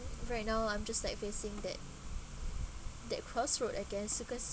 right now I'm just like facing that that cross road again so cause